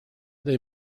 they